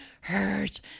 hurt